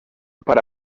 para